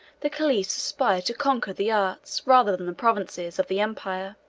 the caliphs aspired to conquer the arts, rather than the provinces, of the empire